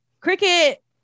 Cricket